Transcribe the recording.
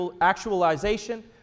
actualization